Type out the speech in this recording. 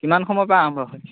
কিমান সময় পৰা আৰম্ভ হয়